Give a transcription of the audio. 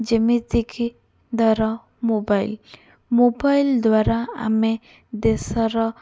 ଯେମିତିକି ଧର mobile mobile ଦ୍ୱାରା ଆମେ ଦେଶର